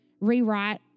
rewrite